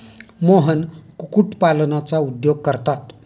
मोहन कुक्कुटपालनाचा उद्योग करतात